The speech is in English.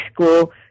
school